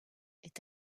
est